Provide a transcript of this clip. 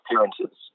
appearances